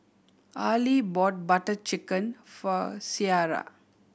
Arly bought Butter Chicken for Ciara